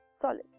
solids